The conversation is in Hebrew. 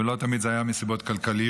ולא תמיד זה היה מסיבות כלכליות,